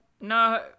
No